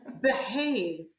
behave